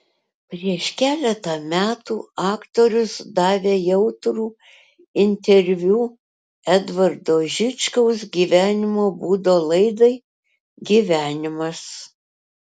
prieš keletą metų aktorius davė jautrų interviu edvardo žičkaus gyvenimo būdo laidai gyvenimas